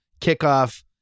kickoff